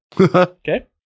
Okay